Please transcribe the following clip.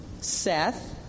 Seth